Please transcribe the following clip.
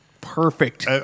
perfect